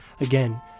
Again